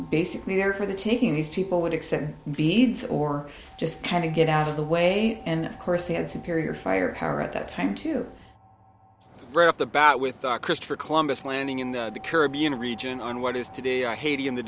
just there for the taking these people would accept beads or just kind of get out of the way and of course they had superior firepower at that time too right off the bat with christopher columbus landing in the caribbean region on what is today haiti and the